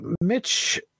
Mitch